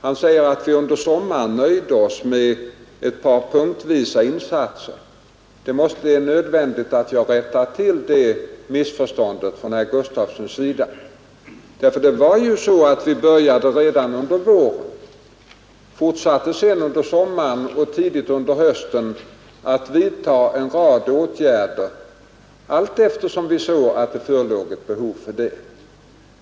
Han gör gällande att vi under sommaren nöjde oss med ett par punktvisa insatser, och det är nödvändigt att jag rättar till det missförståndet från herr Gustafssons sida. Vi började ju redan under våren och fortsatte sedan under sommaren och tidigt under hösten att vidta en rad åtgärder, allteftersom vi såg att det förelåg ett behov av det.